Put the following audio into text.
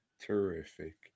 Terrific